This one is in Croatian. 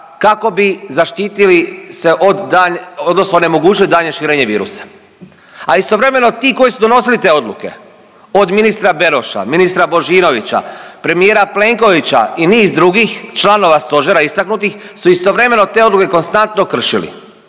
kako bi zaštitili se od, odnosno nemogućnosti daljnjeg širenja virusa. A istovremeno ti koji su donosili te odluke od ministra Beroša, ministra Božinovića, premijera Plenkovića i niz drugih članova Stožera istaknutih su istovremeno te odluke konstantno kršili,